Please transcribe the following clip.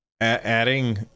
Adding